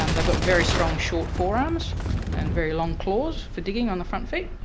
um they've got very strong short forearms and very long claws for digging on their front feet.